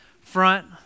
front